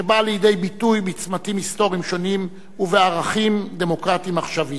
שבאה לידי ביטוי בצמתים היסטוריים שונים ובערכים דמוקרטיים עכשוויים,